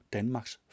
Danmarks